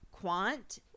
Quant